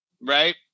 Right